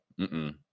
-mm